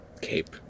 Cape